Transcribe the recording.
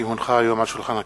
כי הונחו היום על שולחן הכנסת,